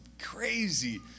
crazy